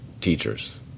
teachers